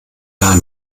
gar